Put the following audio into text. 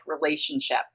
relationship